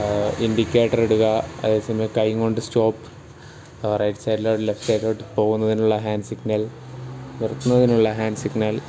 indicator ഇടുക അതേസമയം കൈകൊണ്ട് സ്റ്റോപ്പ് റൈറ്റ് സൈഡിലോ ലെഫ്റ്റ് സൈഡിലോട്ട് പോകുന്നതിനുള്ള ഹാൻഡ് സിഗ്നൽ നിർത്തുന്നതിനുള്ള ഹാൻഡ് സിഗ്നൽ